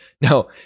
no